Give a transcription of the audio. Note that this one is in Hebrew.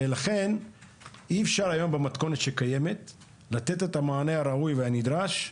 לכן במתכונת הקיימת היום לא ניתן לתת את המענה הראוי והנדרש.